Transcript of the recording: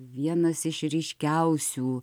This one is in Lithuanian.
vienas iš ryškiausių